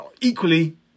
Equally